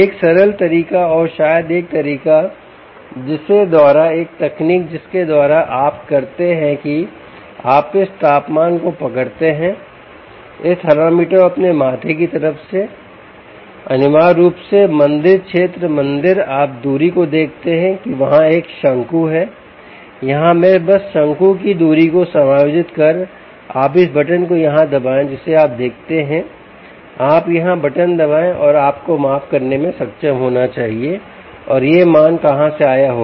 एक सरल तरीका एक तरीका और शायद एक तरीका जिसके द्वारा एक तकनीक जिसके द्वारा आप करते हैं की आप इस तापमान को पकड़ते हैं इस थर्मामीटर को अपने माथे की तरफ से अनिवार्य रूप से मंदिर क्षेत्र मंदिर आप दूरी को देखते हैं कि वहाँ एक शंकु है यहाँ मैं बस शंकु की दूरी को समायोजित करें आप इस बटन को यहां दबाएं जिसे आप देखते हैं कि आप यहां बटन दबाएं और आपको माप करने में सक्षम होना चाहिए और यह मान कहां से आया होगा